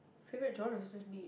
favourite genres would just be